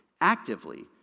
actively